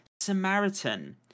samaritan